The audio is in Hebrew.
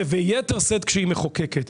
וביתר שאת כשהיא מחוקקת,